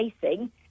facing